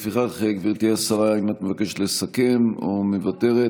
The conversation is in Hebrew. לפיכך, גברתי השרה, האם את מבקשת לסכם או מוותרת?